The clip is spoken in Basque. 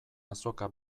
azoka